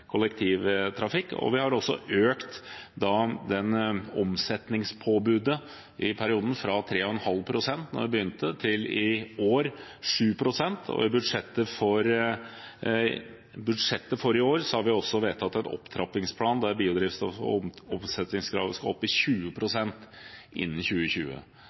kollektivtrafikk. Vi har også økt omsetningspåbudet i perioden, fra 3,5 pst. da vi begynte, til 7 pst. i år. I budsjettet for i år har vi også vedtatt en opptrappingsplan der omsetningskravet skal opp i 20 pst. innen 2020,